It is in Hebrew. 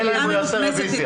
אלא אם הוא יעשה רביזיה.